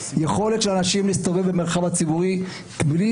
יכולת של אנשים להסתובב במרחב הציבורי בלי